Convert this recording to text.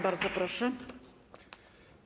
Bardzo proszę.